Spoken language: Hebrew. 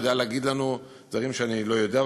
יודע להגיד לנו דברים שאני לא יודע.